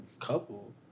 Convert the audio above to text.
Couple